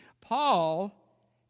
Paul